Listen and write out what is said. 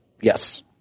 Yes